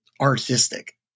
artistic